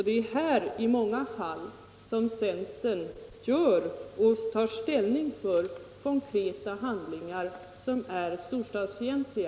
Det är här som centern i många fall tar ställning för konkreta handlingar som är storstadsfientliga.